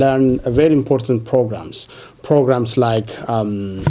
learn a very important programs programs like